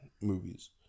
movies